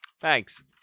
Thanks